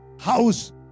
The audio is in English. house